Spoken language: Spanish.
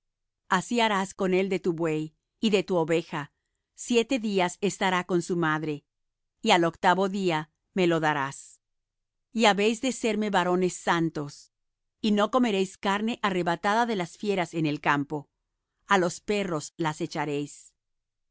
así harás con el de tu buey y de tu oveja siete días estará con su madre y al octavo día me lo darás y habéis de serme varones santos y no comeréis carne arrebatada de las fieras en el campo á los perros la echaréis